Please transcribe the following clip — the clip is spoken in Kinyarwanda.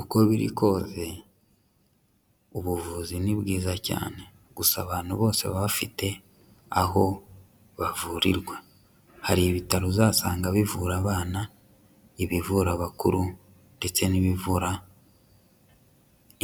Uko biri kose ubuvuzi ni bwiza cyane, gusa abantu bose baba bafite aho bavurirwa. Hari ibitaro uzasanga bivura abana, ibivura abakuru ndetse n'ibivura